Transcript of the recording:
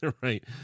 Right